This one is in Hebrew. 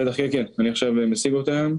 בטח, כן, אני עכשיו משיג אותם.